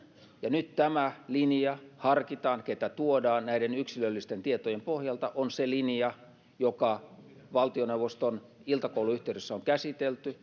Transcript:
ja nyt tämä linja että harkitaan keitä tuodaan näiden yksilöllisten tietojen pohjalta on se linja joka valtioneuvoston iltakoulun yhteydessä on käsitelty